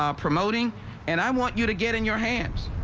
um promoting and i want you to get in your hands.